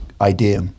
idea